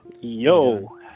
Yo